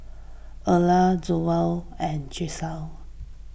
Erla Zollie and Jalissa